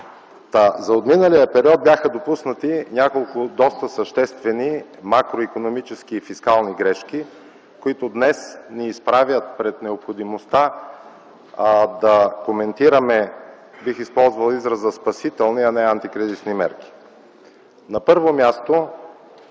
За отминалия период бяха допуснати няколко доста съществени макроикономически и фискални грешки, които днес ни изправят пред необходимостта да коментираме – бих използвал израза „спасителни”, а не „антикризисни” мерки.